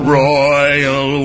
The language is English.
royal